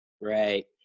Right